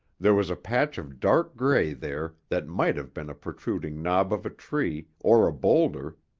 there was a patch of dark gray there that might have been a protruding knob of a tree or a boulder,